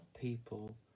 people